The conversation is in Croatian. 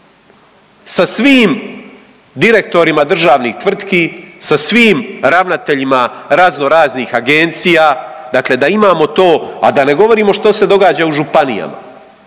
sa svim direktorima državnih tvrtki, sa svim ravnateljima raznoraznih agencija, dakle da imamo to, a da ne govorimo što se događa u županijama